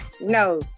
No